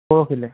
পৰহিলৈ